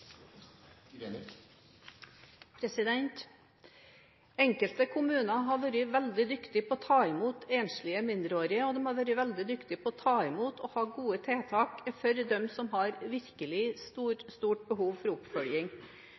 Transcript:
Enkelte kommuner har vært veldig dyktige på å ta imot enslige mindreårige. De har vært veldig dyktige på å ta imot og ha gode tiltak for dem som har virkelig stort behov for oppfølging.